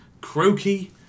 croaky